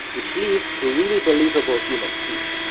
which leads to really believable human speech.